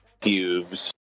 Cubes